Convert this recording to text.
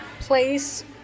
place